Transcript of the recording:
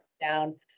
down